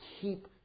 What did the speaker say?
keep